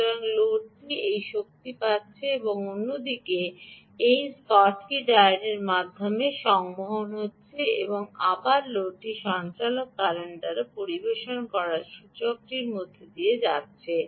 সুতরাং লোডটি এই দিকে শক্তি পাচ্ছে এবং অন্য দিকে এই স্কটকি ডায়োডের মাধ্যমে সংবহন যা সূচকটির মধ্য দিয়ে থাকে